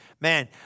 Man